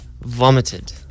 vomited